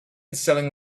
selling